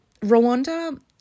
Rwanda